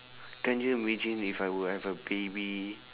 can you imagine if I were have a baby